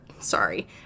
sorry